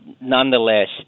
nonetheless